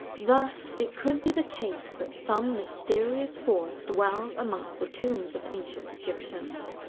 thus, it could be the case that some mysterious force dwells amongst the tombs of ancient egyptians.